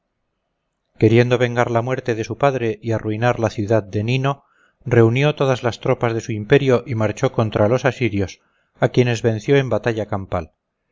queriendo vengar la muerte de su padre y arruinar la ciudad de nino reunió todas las tropas de su imperio y marchó contra los asirios a quienes venció en batalla campal